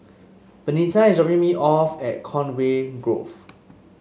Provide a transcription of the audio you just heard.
Benita is dropping me off at Conway Grove